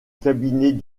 cabinet